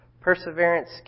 Perseverance